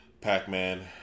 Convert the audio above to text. Pac-Man